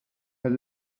has